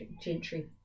gentry